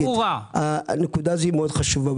הנקודה הזאת מאוד חשובה.